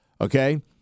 okay